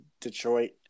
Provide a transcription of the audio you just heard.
Detroit